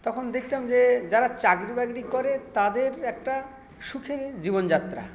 তখন দেখতাম যে যারা চাকরি বাকরি করে তাদের একটা সুখের জীবনযাত্রা